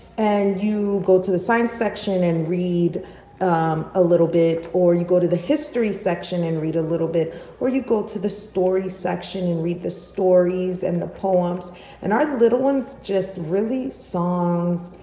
and you go to the science section and read a little bit or you go to the history section and read a little bit or you go to the story section and read the stories and the poems and our little ones just really songs.